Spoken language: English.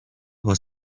was